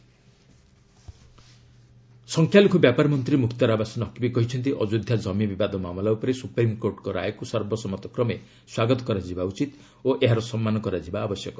reaction Naqvi Ayodhya ସଂଖ୍ୟାଲଘୁ ବ୍ୟାପାର ମନ୍ତ୍ରୀ ମୁକ୍ତାର ଆବାସ ନକ୍ବୀ କହିଛନ୍ତି ଅଯୋଧ୍ୟା ଜମି ବିବାଦ ମାମଲା ଉପରେ ସୁପ୍ରିମ୍କୋର୍ଟଙ୍କ ରାୟକୁ ସର୍ବସମ୍ମତ କ୍ରମେ ସ୍ୱାଗତ କରାଯିବା ଉଚିତ୍ ଓ ଏହାର ସମ୍ମାନ କରାଯିବା ଆବଶ୍ୟକ